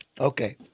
Okay